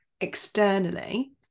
externally